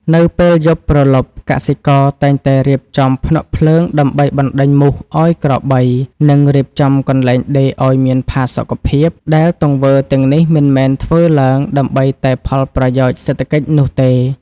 នៅពេលយប់ព្រលប់ កសិករតែងតែរៀបចំភ្នក់ភ្លើងដើម្បីបណ្តេញមូសឱ្យក្របី និងរៀបចំកន្លែងដេកឱ្យមានផាសុកភាព ដែលទង្វើទាំងនេះមិនមែនធ្វើឡើងដើម្បីតែផលប្រយោជន៍សេដ្ឋកិច្ចនោះទេ។